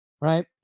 right